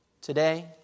Today